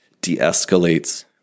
de-escalates